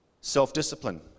self-discipline